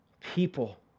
people